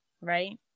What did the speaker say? right